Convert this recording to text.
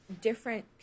different